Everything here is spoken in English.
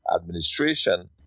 administration